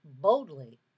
boldly